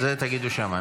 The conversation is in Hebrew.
את זה תגידו שם.